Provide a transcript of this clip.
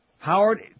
Howard